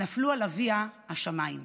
נפלו על אביה השמיים.